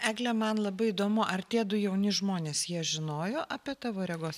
egle man labai įdomu ar tie du jauni žmonės jie žinojo apie tavo regos